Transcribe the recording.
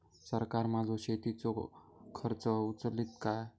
सरकार माझो शेतीचो खर्च उचलीत काय?